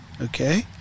okay